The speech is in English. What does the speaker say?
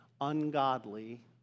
ungodly